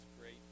great